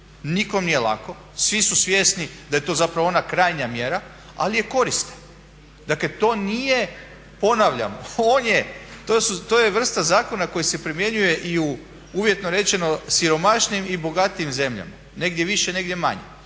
nikom nije lako, svi su svjesni da je to zapravo ona krajnja mjera ali je korisna. Dakle to nije, ponavljam, to je vrsta zakona koji se primjenjuje i u, uvjetno rečeno, siromašnijim i bogatijim zemljama, negdje više, negdje manje.